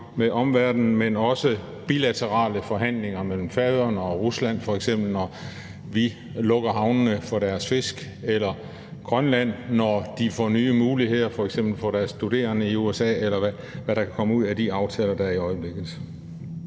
med omverdenen, men også bilaterale forhandlinger mellem Færøerne og Rusland f.eks., når vi lukker havnene for deres fisk, eller mellem Grønland og USA, når Grønland får nye muligheder f.eks. for deres studerende i USA, eller hvad der kan komme ud af de aftaler, der er i øjeblikket.